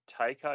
takeover